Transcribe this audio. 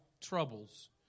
troubles